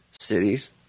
cities